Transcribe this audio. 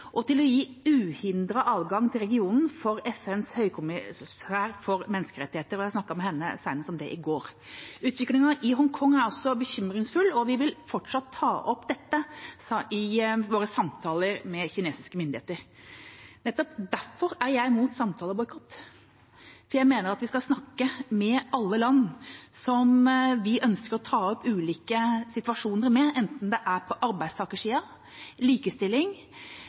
og til å gi uhindret adgang til regionen for FNs høykommissær for menneskerettigheter, og jeg snakket med henne om det senest i går. Utviklingen i Hongkong er også bekymringsfull, og vi vil fortsatt ta opp dette i våre samtaler med kinesiske myndigheter. Nettopp derfor er jeg imot samtaleboikott, for jeg mener at vi skal snakke med alle land som vi ønsker å ta opp ulike situasjoner med, enten det er på arbeidstakersiden eller det handler om likestilling